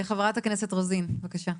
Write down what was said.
חברת הכנסת רוזין, בבקשה.